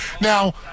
now